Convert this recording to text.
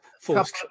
force